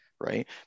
Right